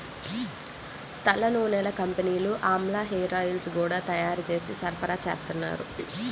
తలనూనెల కంపెనీలు ఆమ్లా హేరాయిల్స్ గూడా తయ్యారు జేసి సరఫరాచేత్తన్నారు